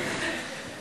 זה ססמאות של חיילים.